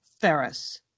Ferris